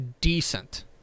decent